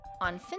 on